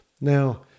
Now